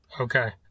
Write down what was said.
Okay